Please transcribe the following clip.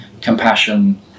compassion